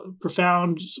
profound